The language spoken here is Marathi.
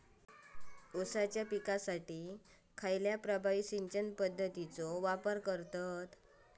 ऊसाच्या पिकासाठी खैयची प्रभावी सिंचन पद्धताचो वापर करतत?